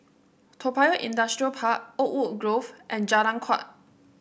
Toa Payoh Industrial Park Oakwood Grove and Jalan Kuak